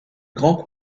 grand